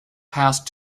passed